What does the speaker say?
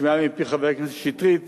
שנשמעה מפי חבר הכנסת שטרית